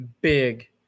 big